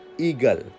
Eagle